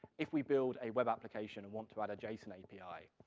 if we build a web application and want to add json api.